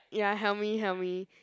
ya Helmi Helmi